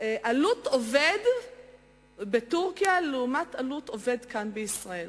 עלות עובד בטורקיה לעומת עלות עובד כאן בישראל.